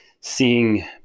seeing